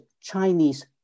Chinese